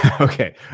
Okay